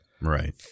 Right